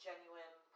Genuine